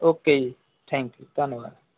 okay ਜੀ thank you ਧੰਨਵਾਦ